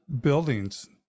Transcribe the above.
buildings